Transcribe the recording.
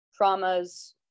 traumas